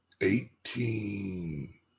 eighteen